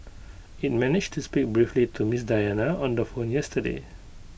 IT managed to speak briefly to Ms Diana on the phone yesterday